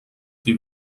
que